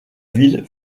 ville